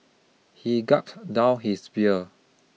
he gulp down his beer